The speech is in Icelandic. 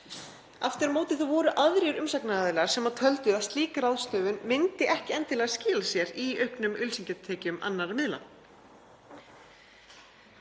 Aftur á móti voru aðrir umsagnaraðilar sem töldu að slík ráðstöfun myndi ekki endilega skila sér í auknum auglýsingatekjum annarra miðla.